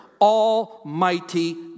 almighty